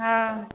हँ